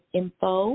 info